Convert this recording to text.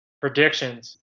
Predictions